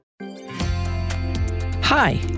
Hi